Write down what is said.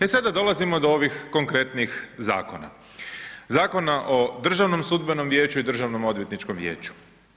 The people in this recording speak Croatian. E sada dolazimo do ovih konkretnih zakona, Zakona o Državnom sudbenom vijeću i Državnoodvjetničkom vijeću.